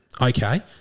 okay